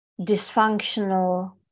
dysfunctional